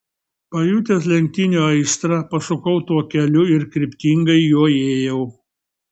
pajutęs lenktynių aistrą pasukau tuo keliu ir kryptingai juo ėjau